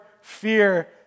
fear